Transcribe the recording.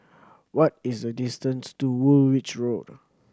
what is the distance to Woolwich Road